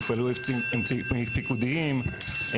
הופעלו אמצעים פיקודיים,